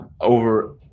over